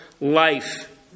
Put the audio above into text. life